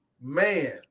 Man